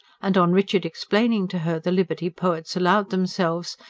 and on richard explaining to her the liberty poets allowed themselves,